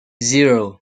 zero